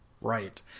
Right